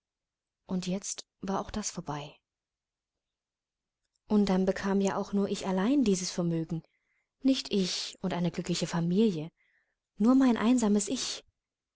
und jetzt war auch das vorbei und dann bekam ja auch nur ich allein dies vermögen nicht ich und eine glückliche familie nur mein einsames ich